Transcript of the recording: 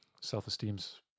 Self-esteem's